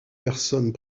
personnes